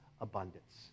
abundance